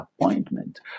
appointment